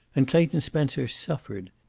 and clayton spencer suffered.